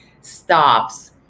stops